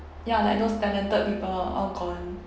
ya like those talented people all gone